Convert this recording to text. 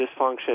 dysfunction